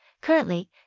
currently